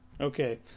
Okay